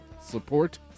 support